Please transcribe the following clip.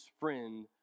friend